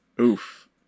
Oof